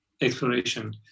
exploration